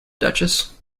duchess